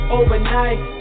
overnight